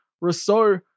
rousseau